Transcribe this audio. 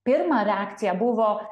pirma reakcija buvo